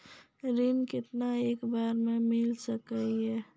ऋण केतना एक बार मैं मिल सके हेय?